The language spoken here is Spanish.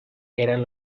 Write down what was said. eran